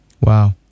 Wow